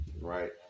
right